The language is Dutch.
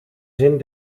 zin